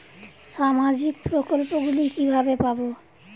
সামাজিক প্রকল্প গুলি কিভাবে পাব?